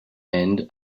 and